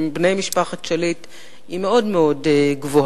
בני משפחת שליט היא מאוד מאוד גבוהה,